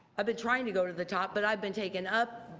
been trying to go to the top but i've been taken up,